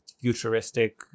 futuristic